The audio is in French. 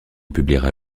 publiera